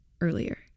earlier